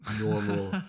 normal